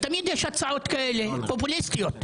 תמיד יש הצעות כאלה פופוליסטיות.